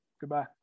Goodbye